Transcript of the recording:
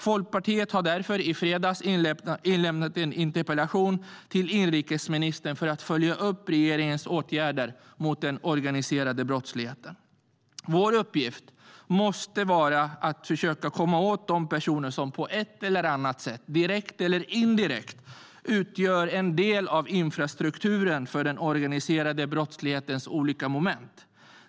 Folkpartiet har därför i fredags inlämnat en interpellation till inrikesministern för att följa upp regeringens åtgärder mot den organiserade brottsligheten. Vår uppgift måste vara att försöka komma åt de personer som på ett eller annat sätt, direkt eller indirekt, utgör en del av infrastrukturen för den organiserade brottslighetens olika moment.